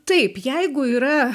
taip jeigu yra